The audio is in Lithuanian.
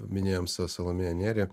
minėjom sa salomėją nėrį